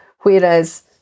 whereas